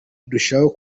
ndushaho